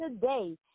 today